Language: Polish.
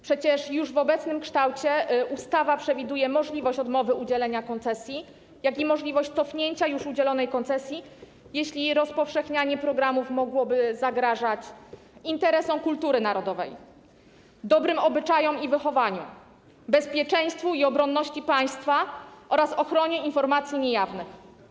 Przecież już w obecnym kształcie ustawa przewiduje zarówno możliwość odmowy udzielenia koncesji, jak i możliwość cofnięcia już udzielonej koncesji, jeśli rozpowszechnianie programów mogłoby zagrażać interesom kultury narodowej, dobrym obyczajom i wychowaniu, bezpieczeństwu i obronności państwa oraz ochronie informacji niejawnych.